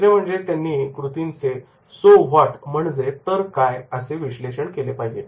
तिसरे म्हणजे त्यांनी विविध कृतींचे सो व्हॉट म्हणजे तर काय विश्लेषण केले पाहिजे